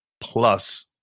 plus